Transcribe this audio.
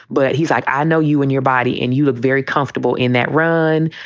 but he's like, i know you and your body and you look very comfortable in that run.